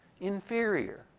inferior